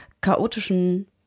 chaotischen